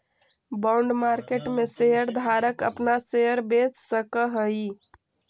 bond market में share धारक अपना शेयर बेच सकऽ हई